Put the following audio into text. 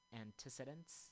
antecedents